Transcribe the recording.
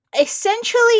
Essentially